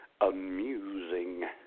amusing